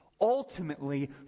ultimately